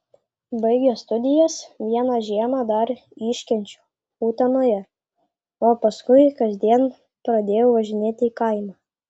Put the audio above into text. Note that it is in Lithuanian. baigęs studijas vieną žiemą dar iškenčiau utenoje o paskui kasdien pradėjau važinėti į kaimą